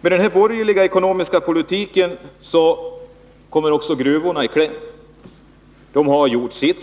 Med den borgerliga ekonomiska politiken kommer också gruvorna i kläm, och snart har de gjort sitt.